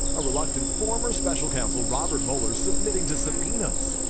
a reluctant former special counsel robert mueller submitting to subpoenas,